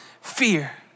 fear